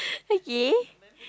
okay